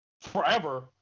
forever